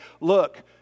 look